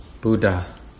Buddha